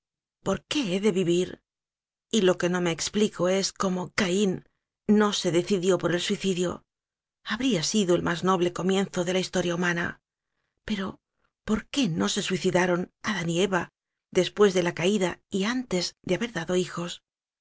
por qué he de vivir y lo que no me explico es cómo caín no se decidió por el suicidio habría sido el más noble comienzode la historia humana pero por qué no se suicidaron adán y eva después de la caída y antes de haber dado hijos